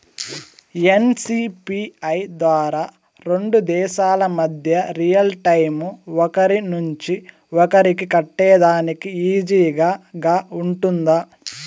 NCPI ద్వారా రెండు దేశాల మధ్య రియల్ టైము ఒకరి నుంచి ఒకరికి కట్టేదానికి ఈజీగా గా ఉంటుందా?